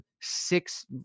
six